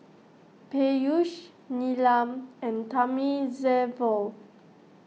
Peyush Neelam and Thamizhavel